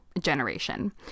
generation